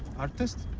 artist?